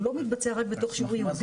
הוא לא מתבצע רק בתוך שיעור ייעודי.